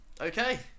Okay